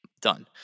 done